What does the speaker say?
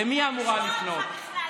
לא רוצה לשמוע אותך בכלל.